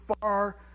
far